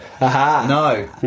No